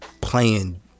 playing